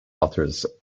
authors